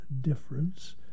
difference